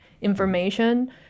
information